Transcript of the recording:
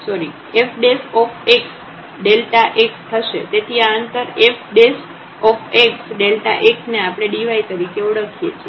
તેથી આ અંતર fΔxને આપણે dy તરીકે ઓળખીએ છીએ